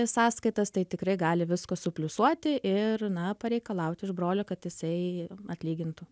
sąskaitas tai tikrai gali viską supliusuoti ir na pareikalauti iš brolio kad jisai atlygintų